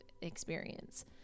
experience